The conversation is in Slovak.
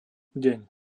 deň